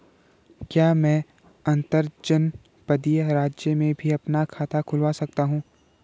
क्या मैं अंतर्जनपदीय राज्य में भी अपना खाता खुलवा सकता हूँ?